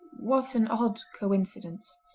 what an odd coincidence